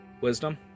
Wisdom